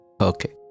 Okay